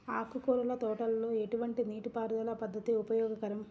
ఆకుకూరల తోటలలో ఎటువంటి నీటిపారుదల పద్దతి ఉపయోగకరం?